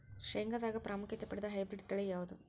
ಶೇಂಗಾದಾಗ ಪ್ರಾಮುಖ್ಯತೆ ಪಡೆದ ಹೈಬ್ರಿಡ್ ತಳಿ ಯಾವುದು?